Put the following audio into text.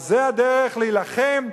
אז זה הדרך להילחם?